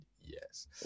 yes